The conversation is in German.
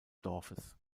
dorfes